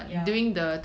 ya